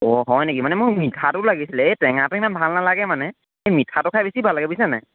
অ হয় নেকি মানে মোক মিঠাটো লাগিছিলে এই টেঙাটো ইমান ভাল নালাগে মানে এই মিঠাটো খাই বেছি ভাল লাগে বুজিছেনে